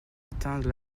atteindre